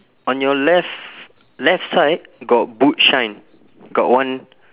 on your left left side got boot shine got one